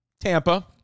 Tampa